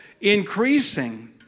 increasing